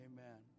Amen